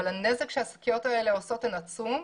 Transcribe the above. אבל הנזק שהשקיות האלה עושות הוא עצום.